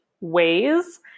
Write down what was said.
ways